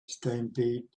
stampeded